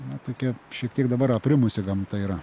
na tokia šiek tiek dabar aprimusi gamta yra